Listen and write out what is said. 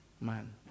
man